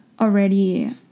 already